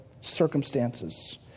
circumstances